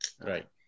Right